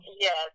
Yes